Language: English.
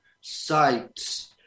sites